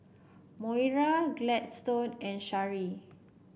Moira Gladstone and Shari